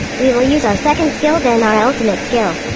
we will use our second skill then our ultimate skill.